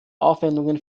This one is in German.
aufwendungen